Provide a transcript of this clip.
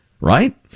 right